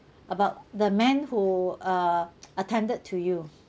about the man who uh attended to you